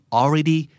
already